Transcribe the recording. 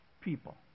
people